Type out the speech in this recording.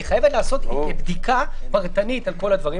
היא חייבת לעשות בדיקה פרטנית על כל הדברים